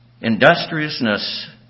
Industriousness